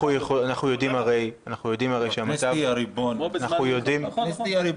אנחנו יודעים הרי --- הכנסת היא הריבון,